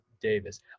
Davis